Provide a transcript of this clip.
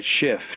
shift